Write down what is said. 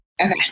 Okay